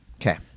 Okay